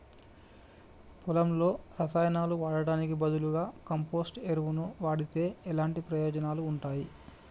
పొలంలో రసాయనాలు వాడటానికి బదులుగా కంపోస్ట్ ఎరువును వాడితే ఎలాంటి ప్రయోజనాలు ఉంటాయి?